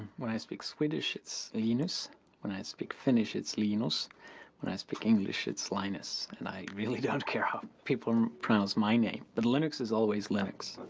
when i speak swedish it's lee-nus when i speak finnish it's leen-ous when i speak english it's line-us. and i really don't care how people pronounce my name. but linux is always linux.